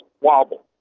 wobble